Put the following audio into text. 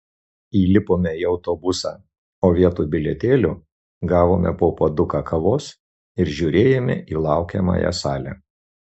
įlipome į autobusą o vietoj bilietėlio gavome po puoduką kavos ir žiūrėjome į laukiamąją salę